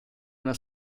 una